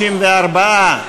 54,